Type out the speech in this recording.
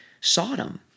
Sodom